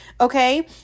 okay